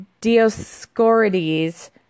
Dioscorides